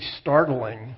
startling